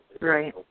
Right